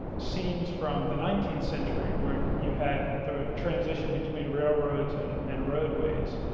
scenes from the nineteenth century when you had the transition between railroads and and roadways.